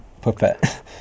puppet